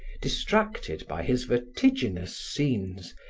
distracted by his vertiginous scenes,